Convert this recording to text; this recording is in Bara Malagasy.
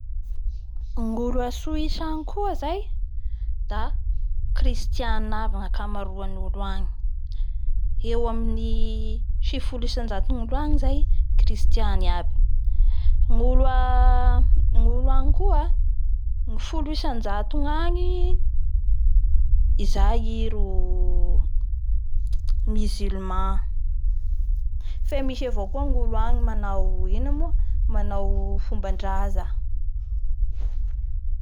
Ny tena mampiavaky any kanada ity zany de ny fananay fivavavaha maroao ny catholique, ao ny protestanta ao koa ny ortodox.